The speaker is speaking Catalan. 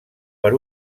per